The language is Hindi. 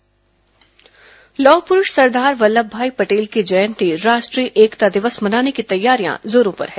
पटेल जयंती लौह पुरूष सरदार वल्लभभाई पटेल की जयंती राष्ट्रीय एकता दिवस मनाने की तैयारियां जोरों पर हैं